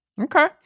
Okay